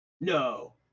No